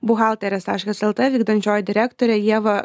buhalterės taškas lt vykdančioji direktorė ieva